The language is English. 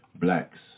Blacks